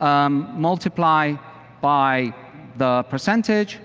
um multiplied by the percentage,